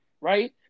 Right